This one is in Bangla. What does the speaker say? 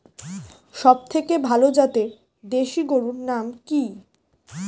সবথেকে ভালো জাতের দেশি গরুর নাম কি?